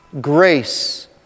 grace